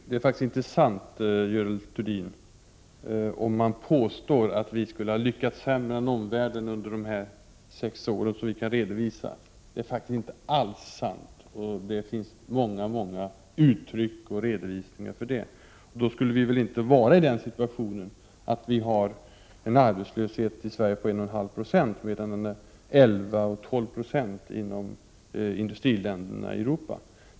Herr talman! Om man påstår, Görel Thurdin, att vi skulle ha lyckats sämre än omvärlden under de sex år som vi kan redovisa, så är det faktiskt inte alls sant — det finns många uttryck för det. Och då skulle vi väl inte vara i den situationen att vi har en arbetslöshet i Sverige på 1,5 96, medan andra industriländer i Europa har 11 eller 12 96.